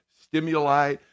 stimuli